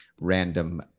random